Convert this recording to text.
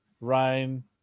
Ryan